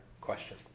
question